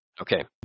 Okay